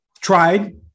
tried